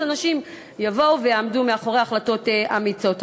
ואז אנשים יבואו ויעמדו מאחורי החלטות אמיצות.